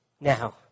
Now